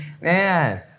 man